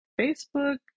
Facebook